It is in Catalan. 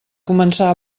començar